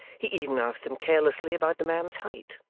he even asked him carelessly about the man's height,